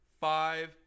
five